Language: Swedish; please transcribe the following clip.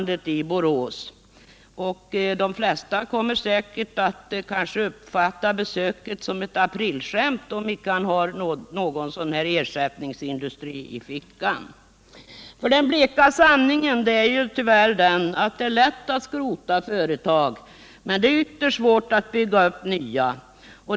De flesta kommer säkert att uppfatta besöket som ett aprilskämt, om industriministern inte har någon ersättningsindustri i fickan. Den bleka sanningen är tyvärr att det är lätt att skrota företag men ytterst svårt att bygga upp nya.